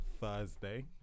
Thursday